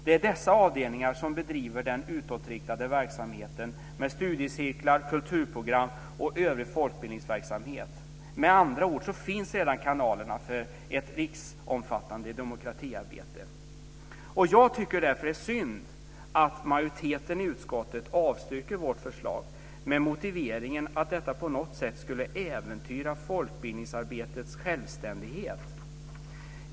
Det är dessa avdelningar som bedriver den utåtriktade verksamheten med studiecirklar, kulturprogram och övrig folkbildningsverksamhet. Med andra ord finns redan kanalerna för ett riksomfattande demokratiarbete. Jag tycker därför att det är synd att majoriteten i utskottet avstyrker vårt förslag med motiveringen att detta på något sätt skulle äventyra folkbildningsarbetets självständighet.